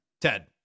Ted